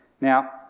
Now